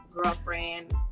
girlfriend